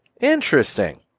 Interesting